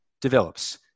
develops